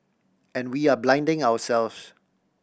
and we are blinding ourselves